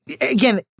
again